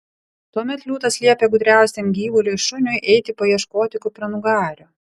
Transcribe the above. tuomet liūtas liepė gudriausiam gyvuliui šuniui eiti paieškoti kupranugario